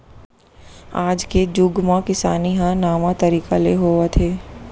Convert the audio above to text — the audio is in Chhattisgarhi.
आज के जुग म किसानी ह नावा तरीका ले होवत हे